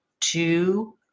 two